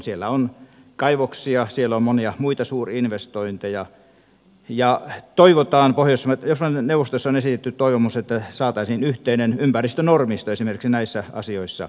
siellä on kaivoksia siellä on monia muita suurinvestointeja ja pohjoismaiden neuvostossa on esitetty toivomus että saataisiin yhteinen ympäristönormisto esimerkiksi näissä asioissa esille